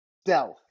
stealth